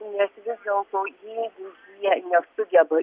nes vis dėlto jeigu jie nesugeba